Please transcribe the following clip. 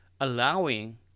allowing